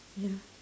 ya